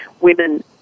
women